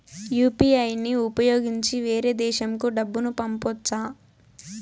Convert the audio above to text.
UPI ని ఉపయోగించి వేరే దేశంకు డబ్బును పంపొచ్చా?